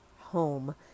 home